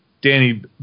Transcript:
Danny